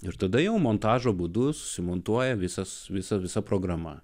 ir tada jau montažo būdu sumontuoja visas visa visa programa